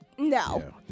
No